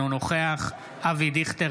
אינו נוכח אבי דיכטר,